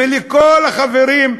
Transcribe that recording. ולכל החברים,